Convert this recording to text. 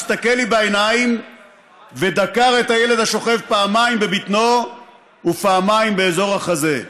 הסתכל לי בעיניים ודקר את הילד השוכב פעמיים בבטנו ופעמיים באזור החזה.